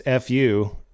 FU